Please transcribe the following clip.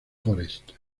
forest